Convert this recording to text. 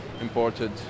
imported